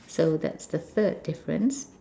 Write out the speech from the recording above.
so that's the third difference